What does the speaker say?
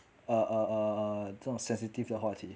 err err err 这种 sensitive 的话题